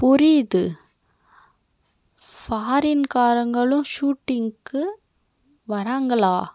புரியுது ஃபாரீன்காரங்களும் ஷூட்டிங்க்கு வராங்களா